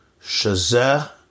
Shazah